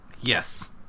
Yes